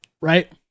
Right